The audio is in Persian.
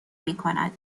میکند